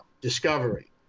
Discovery